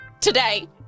today